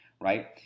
right